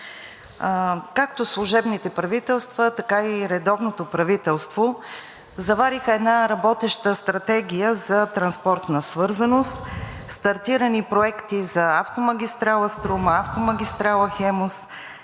Както служебните правителства, така и редовното правителство завариха една работеща стратегия за транспортна свързаност, стартирани проекти за автомагистрала „Струма“, автомагистрала „Хемус“,